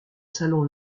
salon